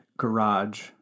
garage